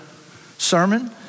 sermon